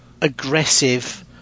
aggressive